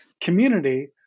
community